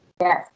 Yes